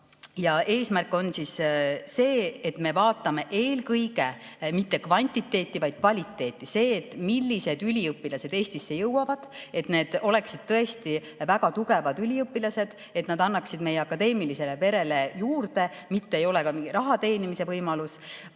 Eesmärk on see, et me vaatame eelkõige mitte kvantiteeti, vaid kvaliteeti, seda, millised üliõpilased Eestisse jõuavad, et nad oleksid tõesti väga tugevad üliõpilased, kes annaksid meie akadeemilisele perele [midagi] juurde, et nad ei oleks rahateenimise võimalus.